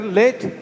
late